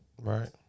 Right